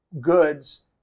goods